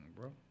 bro